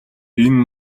энэ